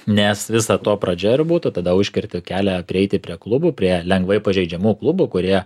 nes visa to pradžia ir būtų tada užkerti kelią prieiti prie klubų prie lengvai pažeidžiamų klubų kurie